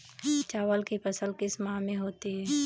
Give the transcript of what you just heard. चावल की फसल किस माह में होती है?